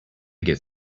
get